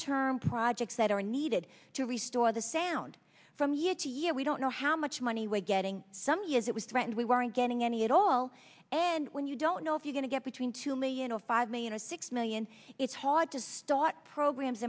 term projects that are needed to restore the sound from year to year we don't know how much money we're getting some years it was threatened we weren't getting any at all and when you don't know if you going to get between two million or five million or six million it's hard to start programs